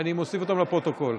אני מוסיף אותם לפרוטוקול.